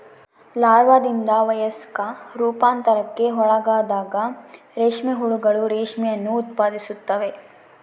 ಲಾರ್ವಾದಿಂದ ವಯಸ್ಕ ರೂಪಾಂತರಕ್ಕೆ ಒಳಗಾದಾಗ ರೇಷ್ಮೆ ಹುಳುಗಳು ರೇಷ್ಮೆಯನ್ನು ಉತ್ಪಾದಿಸುತ್ತವೆ